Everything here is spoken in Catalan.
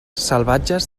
salvatges